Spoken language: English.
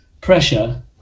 pressure